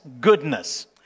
Goodness